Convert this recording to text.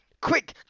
QUICK